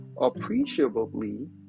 appreciably